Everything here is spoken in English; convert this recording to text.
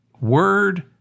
word